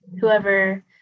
whoever